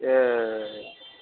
ए